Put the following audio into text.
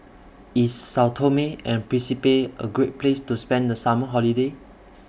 IS Sao Tome and Principe A Great Place to spend The Summer Holiday